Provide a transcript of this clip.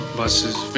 buses